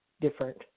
different